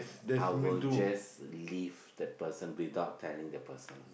I will just leave the person without telling the person